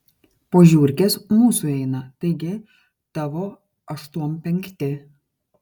po žiurkės mūsų eina taigi tavo aštuom penkti